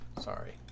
Sorry